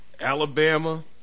Alabama